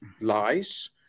lies